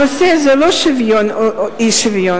הנושא זה לא שוויון או אי-שוויון.